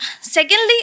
secondly